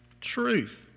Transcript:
truth